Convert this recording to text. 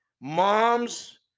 moms